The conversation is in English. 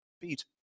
beat